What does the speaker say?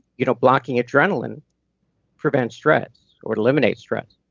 you know blocking adrenaline prevents stress, or eliminates stress.